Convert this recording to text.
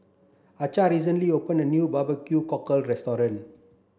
Archer recently opened a new barbecue cockle restaurant